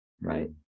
Right